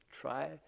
try